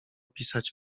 pisać